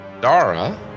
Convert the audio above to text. Dara